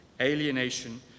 alienation